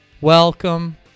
Welcome